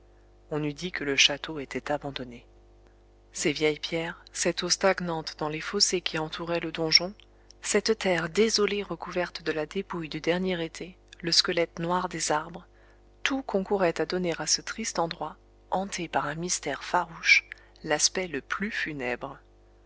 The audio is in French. on eût dit que le château était abandonné ces vieilles pierres cette eau stagnante dans les fossés qui entouraient le donjon cette terre désolée recouverte de la dépouille du dernier été le squelette noir des arbres tout concourait à donner à ce triste endroit hanté par un mystère farouche l'aspect le plus funèbre